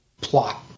plot